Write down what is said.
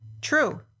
True